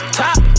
top